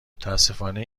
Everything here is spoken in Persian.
متاسفانه